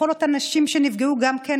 בכל אותן נשים שנפגעו גם כן,